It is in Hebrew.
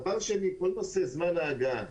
דבר שני, כל נושא סוגיית ההגעה.